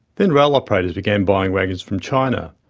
then rail operators began buying wagons from china,